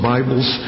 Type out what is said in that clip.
Bibles